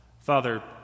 Father